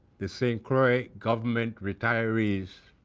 the st. croix government retirees